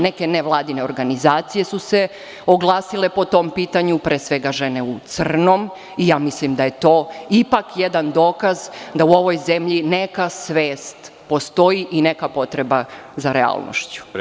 Neke nevladine organizacije su se oglasile po tom pitanju, pre svega „Žene u crnom“ i ja mislim da je to ipak jedan dokaz da u ovoj zemlji neka svest postoji i neka potreba za realnošću.